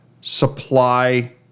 supply